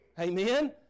amen